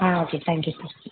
ah okay thank you sir